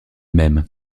même